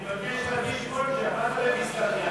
אני מבקש להביא ספונג'ה, מה אתה מביא סתם ניירות?